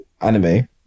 anime